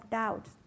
doubts